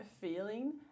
feeling